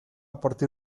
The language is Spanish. partir